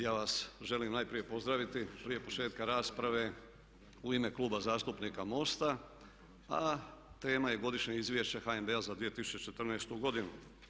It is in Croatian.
Ja vas želim najprije pozdraviti prije početka rasprave u ime Kluba zastupnika MOST-a a tema je Godišnje izvješće HNB-a za 2014. godinu.